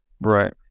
Right